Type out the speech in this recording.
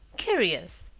curious!